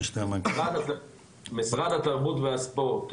לגבי משרד התרבות והספורט,